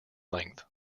length